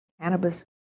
Cannabis